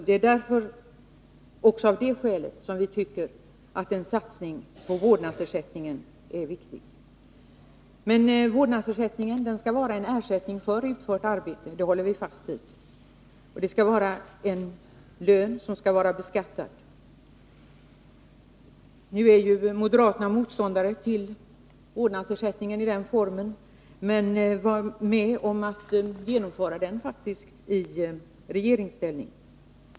Det är också av det skälet som vi tycker att en satsning på vårdnadsersättning är viktig. Men vårdnadsersättningen skall vara en ersättning för utfört arbete — det håller vi fast vid. Det skall vara en lön som skall beskattas. Nu är ju moderaterna motståndare till vårdnadsersättningen i den formen, men de var faktiskt med om att genomföra den i regeringsställning.